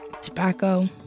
tobacco